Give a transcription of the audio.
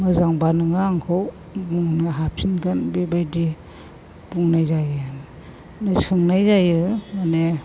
मोजांब्ला नोङो आंखौ बुंनो हाफिनगोन बेबायदि बुंनाय जायो बेदिनो सोंनाय जायो माने